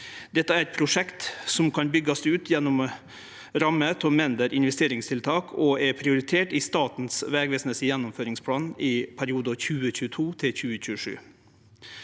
Dette er eit prosjekt som kan byggjast ut gjennom ramma av mindre investeringstiltak og er prioritert i Statens vegvesens gjennomføringsplan for perioden 2022–2027.